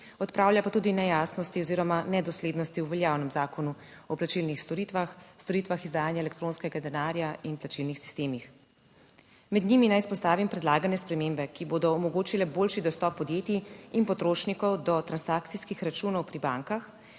odpravlja pa tudi nejasnosti oziroma nedoslednosti v veljavnem zakonu o plačilnih storitvah, storitvah izdajanja elektronskega denarja in plačilnih sistemih. Med njimi naj izpostavim predlagane spremembe, ki bodo omogočile boljši dostop podjetij in potrošnikov do transakcijskih računov pri bankah